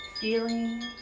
Feeling